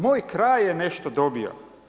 Moj kraj je nešto dobio.